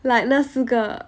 like 那四个